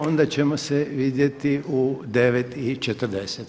Onda ćemo se vidjeti u 9 i 40.